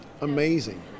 Amazing